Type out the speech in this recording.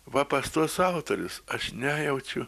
va pas tuos autorius aš nejaučiu